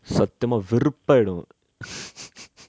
சத்தியமா வெறுப்பாயிடு:sathiyama veruppayidu